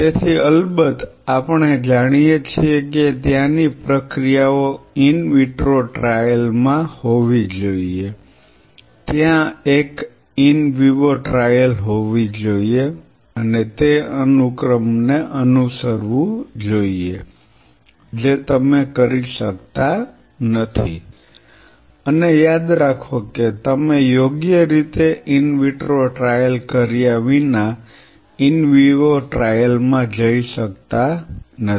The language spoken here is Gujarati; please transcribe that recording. તેથી અલબત્ત આપણે જાણીએ છીએ કે ત્યાંની પ્રક્રિયાઓ ઈન વિટ્રો ટ્રાયલ માં હોવી જોઈએ ત્યાં એક ઈન વિવો ટ્રાયલ હોવી જોઈએ અને તે અનુક્રમને અનુસરવું જોઈએ જે તમે કરી શકતા નથી અને યાદ રાખો કે તમે યોગ્ય રીતે ઈન વિટ્રો ટ્રાયલ કર્યા વિના ઈન વિવો ટ્રાયલમાં જઈ શકતા નથી